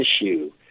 issue